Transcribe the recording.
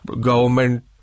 government